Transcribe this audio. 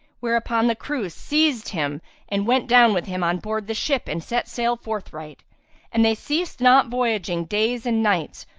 whereupon the crew seized him and went down with him on board the ship and set sail forthright and they ceased not voyaging days and nights,